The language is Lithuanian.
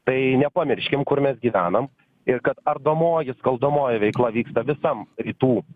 tai nepamirškim kur mes gyvenam ir kad ardomoji skaldomoji veikla vyksta visam rytų